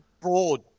broad